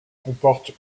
comporte